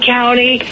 County